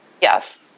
Yes